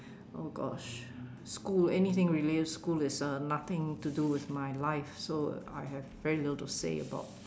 oh gosh school anything related school is uh nothing to do with my life so I have very little to say about